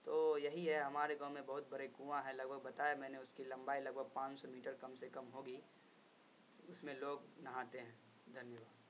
تو یہی ہے ہمارے گاؤں میں بہت بڑے کنواں ہے لگ بھگ بتایا میں نے اس کی لمبائی لگ بھگ پانچ سو میٹر کم سے کم ہوگی اس میں لوگ نہاتے ہیں دھنیہ واد